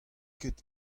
ket